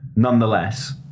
Nonetheless